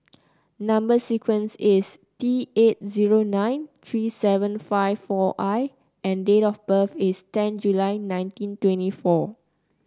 number sequence is T eight zero nine three seven five four I and date of birth is ten July nineteen twenty four